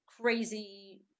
crazy